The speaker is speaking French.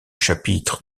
chapitre